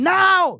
now